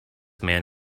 man